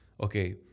okay